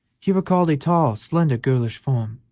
he recalled a tall, slender, girlish form